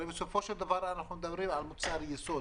בסופו של דבר אנחנו מדברים על מוצר יסוד